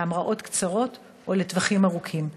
להמראות קצרות או לטווחים ארוכים?